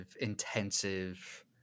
intensive